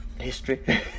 history